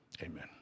amen